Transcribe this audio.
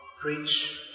preach